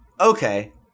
Okay